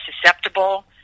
susceptible